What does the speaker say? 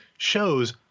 Shows